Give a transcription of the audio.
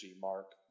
Mark